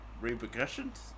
repercussions